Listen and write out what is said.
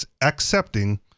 accepting